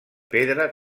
pedra